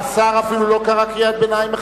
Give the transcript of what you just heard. השר אפילו לא קרא קריאת ביניים אחת.